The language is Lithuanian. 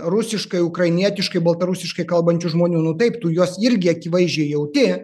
rusiškai ukrainietiškai baltarusiškai kalbančių žmonių nu taip tu juos irgi akivaizdžiai jauti